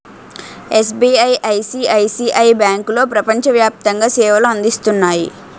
SBI, ICICI బ్యాంకులో ప్రపంచ వ్యాప్తంగా సేవలు అందిస్తున్నాయి